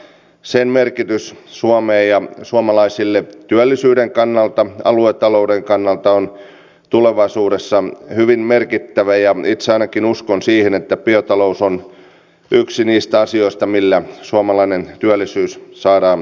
sen merkitys suomelle ja suomalaisille työllisyyden kannalta aluetalouden kannalta on tulevaisuudessa hyvin merkittävä ja itse ainakin uskon siihen että biotalous on yksi niistä asioista millä suomalainen työllisyys saadaan hoidettua